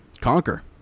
conquer